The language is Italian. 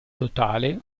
totale